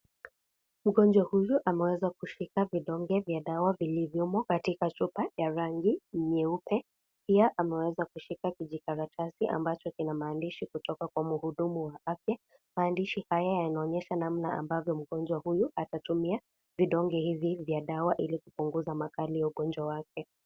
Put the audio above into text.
Mgonjwa huyu ameweza kushika vidonge vya dawa, vilivyomo katika chupa ya rangi nyeupe. Pia ameweza kushika kijikalatasi ambacho kina mandishi kutoka kwa mhudumu wa afya. Maandishi haya yanaonyesha namna ambavyo mgonjwa huyu atatumia vidonge hivi vya dawa ili kupunguza makali ya ugonjwa wake.